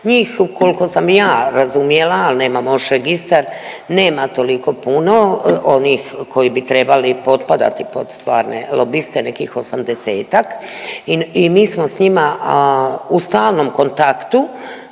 Njih koliko sam ja razumjela, a nemam još registar, nema toliko puno. Onih koji bi trebali potpadati pod stvarne lobiste, nekih 80-ak. I mi smo s njima u stalnom kontaktu